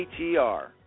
ATR